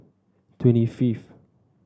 twenty fifth